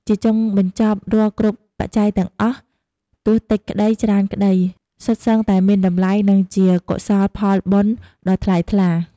ជាចុងបញ្ចប់រាល់គ្រប់បច្ច័យទាំងអស់ ទោះតិចក្ដីច្រើនក្ដី សុទ្ធសឹងតែមានតម្លៃ និងជាកុសលផលបុណ្យដ៏ថ្លៃថ្លា។